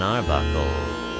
Arbuckle